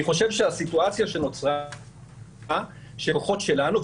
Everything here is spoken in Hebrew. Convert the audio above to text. אני חושב שהסיטואציה שנוצרה שלקוחות שלנו,